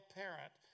parent